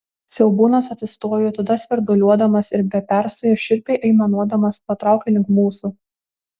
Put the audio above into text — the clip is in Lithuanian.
siaubūnas atsistojo tada svirduliuodamas ir be perstojo šiurpiai aimanuodamas patraukė link mūsų